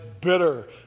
bitter